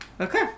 Okay